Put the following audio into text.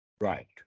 Right